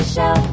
Show